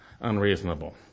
unreasonable